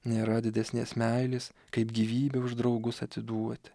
nėra didesnės meilės kaip gyvybę už draugus atiduoti